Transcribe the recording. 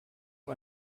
auf